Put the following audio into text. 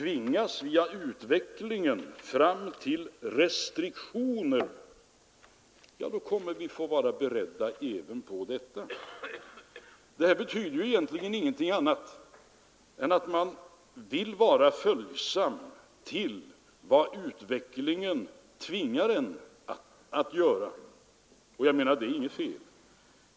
Tvingas vi av utvecklingen fram till restriktioner — ja, då kommer vi att vara beredda även på detta. Det här betyder ju egentligen ingenting annat än att man vill vara följsam till vad utvecklingen tvingar en att göra. Och jag menar att det är inget fel.